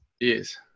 Yes